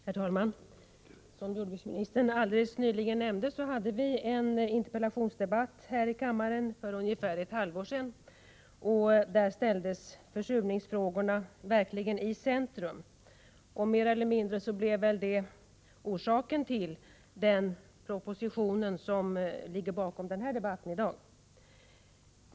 Herr talman! Som jordbruksministern alldeles nyligen nämnde hade vi en interpellationsdebatt här i kammaren för ungefär ett halvår sedan, och där ställdes försurningsfrågorna verkligen i centrum. Mer eller mindre blev väl den debatten orsak till den proposition som ligger bakom dagens debatt.